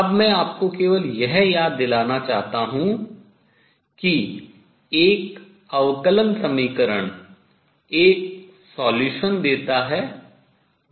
अब मैं आपको केवल यह याद दिलाना चाहता हूँ कि एक अवकलन समीकरण एक solution हल देता है